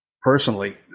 personally